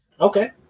Okay